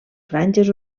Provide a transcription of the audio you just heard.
franges